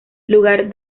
lugar